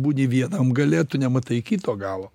būni vienam gale tu nematai kito galo